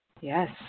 Yes